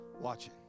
watching